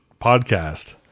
podcast